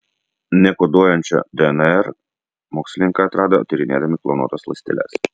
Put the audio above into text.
nekoduojančią dnr mokslininkai atrado tyrinėdami klonuotas ląsteles